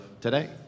today